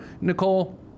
Nicole